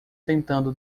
tentando